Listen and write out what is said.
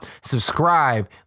subscribe